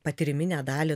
patyriminę dalį